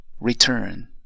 return